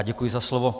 Děkuji za slovo.